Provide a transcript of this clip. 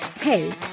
hey